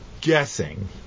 guessing